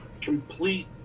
complete